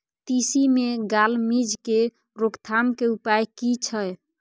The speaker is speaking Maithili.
तिसी मे गाल मिज़ के रोकथाम के उपाय की छै?